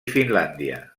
finlàndia